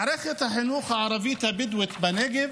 מערכת החינוך הערבית הבדואית בנגב